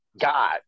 God